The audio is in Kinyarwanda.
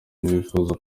ntibifuza